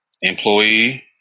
employee